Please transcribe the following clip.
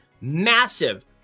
massive